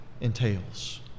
entails